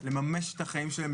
לממש את החיים שלהם,